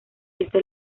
esta